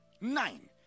Nine